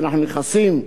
לעידן חדש,